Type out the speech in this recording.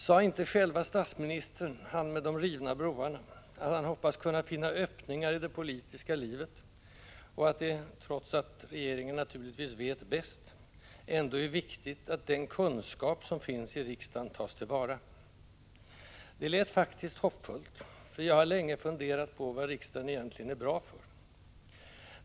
Sade inte själve statsministern — han med de rivna broarna — att han hoppas kunna finna öppningar i det politiska livet och att det, trots att regeringen naturligtvis vet bäst, ändå är viktigt att den kunskap som finns i riksdagen tas till vara? Det lät faktiskt hoppfullt, för jag har länge funderat på vad riksdagen egentligen är bra för.